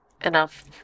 enough